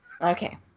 Okay